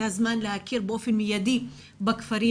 זה הזמן להכיר באופן מיידי בכפרים